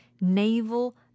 naval